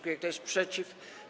Kto jest przeciw?